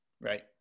right